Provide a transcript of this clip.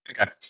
Okay